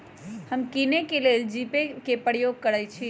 हम किने के लेल जीपे कें प्रयोग करइ छी